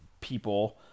people